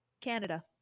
Canada